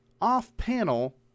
Off-panel